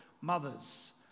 mothers